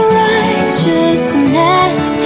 righteousness